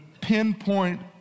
pinpoint